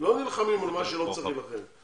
לא נלחמים על מה שלא צריך להילחם,